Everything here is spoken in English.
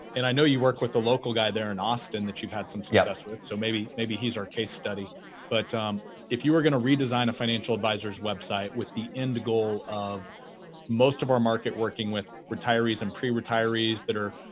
and i know you work with a local guy there in austin that you've had some success with. so, maybe maybe he's our case study but if you were going to redesign a financial advisor's website with the end goal of most of our market working with retirees and pre-retirees that are,